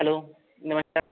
hello नमस्कार